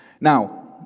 Now